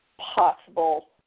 possible